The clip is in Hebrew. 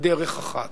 ודרך אחת.